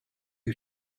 you